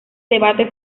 debate